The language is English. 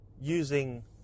using